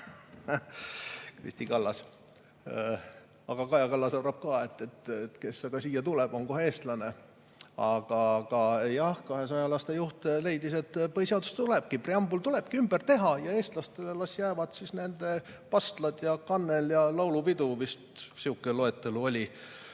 [Kristina] Kallas. Aga Kaja Kallas arvab ka, et kes aga siia tuleb, on kohe eestlane. Aga jah, 200‑laste juht leidis, et põhiseadus tulebki, preambul tulebki ümber teha ja eestlastele las jäävad siis nende pastlad ja kannel ja laulupidu. Vist sihuke loetelu oli.